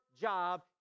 job